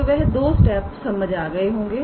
तो वह दो स्टेपसमझ आ गए होंगे